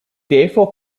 therefore